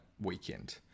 weekend